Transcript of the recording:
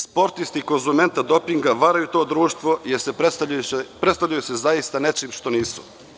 Sportisti konzumenta dopinga varaju to društvo, jer se predstavljaju zaista nečim što nisu.